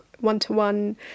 one-to-one